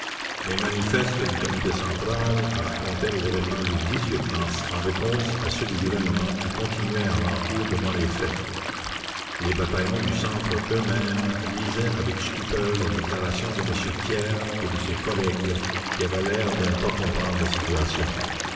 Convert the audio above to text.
les manifestes du comité central racontaient les événements du mars en réponse à ceux du gouvernement qui continuaient à mentir devant les faits les bataillons du centre eux-mêmes lisaient avec stupeur les déclarations de m thiers et de ses collègues qui avaient l'air de ne pas comprendre la situation